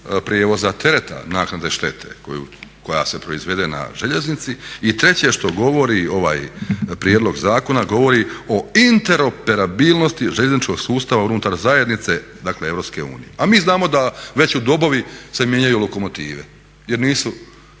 prijevoza tereta naknade štete koja se proizvede na željeznici. I treće što govori ovaj prijedlog zakona, govori o interoperabilnosti željezničkog sustava unutar zajednice, dakle Europske unije. A mi znamo da već u Dobovi se mijenjaju lokomotive jer nisu